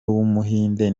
w’umuhinde